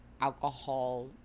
alcohol